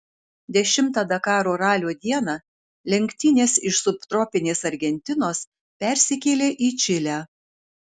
dešimtą dakaro ralio dieną lenktynės iš subtropinės argentinos persikėlė į čilę